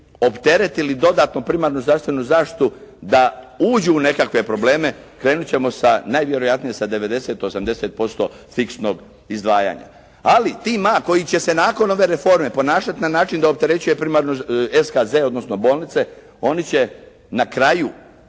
opteretili dodatno primarnu zdravstvenu zaštitu da uđu u nekakve probleme. Krenut ćemo sa najvjerojatnije sa 90, 80% fiksnog izdvajanja. Ali tima koji će se nakon ove reforme ponašati na način da opterećuju primarnu SKZ, odnosno bolnice oni će na kraju